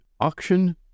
auction